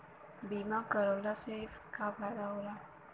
बीमा करवला से का फायदा होयी?